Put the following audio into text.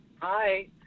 Hi